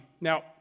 Now